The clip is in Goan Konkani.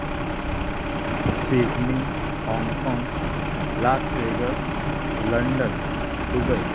सिडनी हाँगकाँग लास वेगस लंडन दुबय